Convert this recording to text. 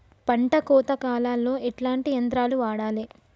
పంట కోత కాలాల్లో ఎట్లాంటి యంత్రాలు వాడాలే?